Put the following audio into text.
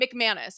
McManus